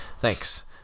Thanks